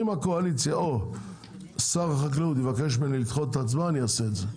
אם הקואליציה או שר החקלאות יבקש ממני לדחות את ההצבעה אני אעשה את זה.